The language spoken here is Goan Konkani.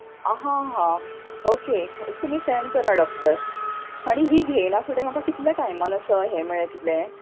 आं हां हां ऑके तुमी सँड करा डॉक्टर आनी ही घेयना फुडें म्हाका कितलें टायमान अशें हें मेळटलें